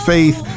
Faith